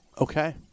Okay